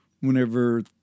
whenever